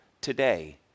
today